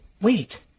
Wait